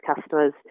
customers